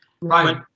Right